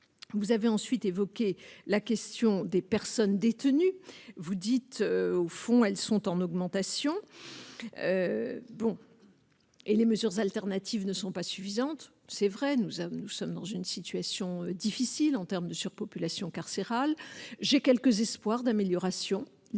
vous avez ensuite évoqué la question des personnes détenues, vous dites au fond, elles sont en augmentation, bon et les mesures alternatives ne sont pas suffisantes, c'est vrai, nous sommes, nous sommes dans une situation difficile en termes de surpopulation carcérale, j'ai quelques espoirs d'amélioration, les tout